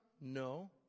No